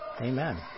Amen